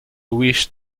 wish